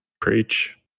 Preach